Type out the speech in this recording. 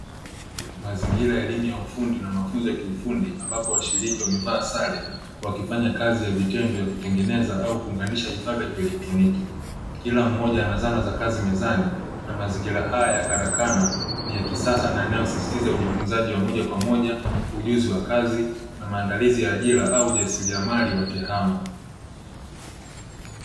Mazingira ya elimu ya ufundi na mafunzo ya ufundi ambapo washiriki wamevaa sare wakifanya kazi ya vitendo ya kutengeneza au kuunganisha vifaa vya kielektroniki. Kila mmoja ana zana za kazi mezani na mazingira haya ya karakana ni ya kisasa na yanayosisitiza ujifunzaji wa moja kwa moja, ujuzi wa kazi na maandalizi ya ajira au ujasiriamali wa tehama.